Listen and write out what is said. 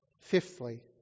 fifthly